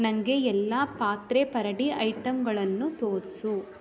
ನನಗೆ ಎಲ್ಲ ಪಾತ್ರೆ ಪರಡಿ ಐಟಂಗಳನ್ನೂ ತೋರಿಸು